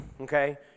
okay